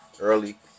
early